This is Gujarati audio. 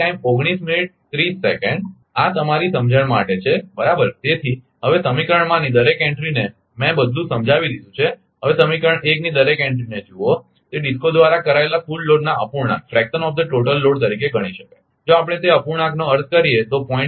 આ તમારી સમજણ માટે છે બરાબર તેથી હવે સમીકરણમાંની દરેક એન્ટ્રીને મેં બધું સમજાવી દીધું છે હવે સમીકરણ 1 ની દરેક એન્ટ્રી ને જુઓ તે DISCO દ્વારા કરાયેલા કુલ લોડના અપૂર્ણાંક તરીકે ગણી શકાય જો આપણે તે અપૂર્ણાંકનો અર્થ કરીએ તો 0